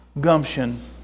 gumption